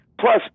Plus